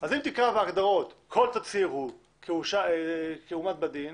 אם תקרא בהגדרות כל תצהיר מאומת כדין,